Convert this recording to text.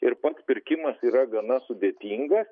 ir pats pirkimas yra gana sudėtingas